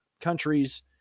countries